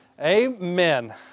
Amen